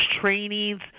trainings